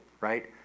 right